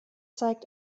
zeigt